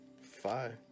five